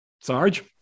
Sarge